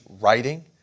writing